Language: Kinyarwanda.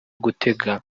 gutega